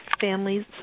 families